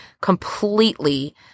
completely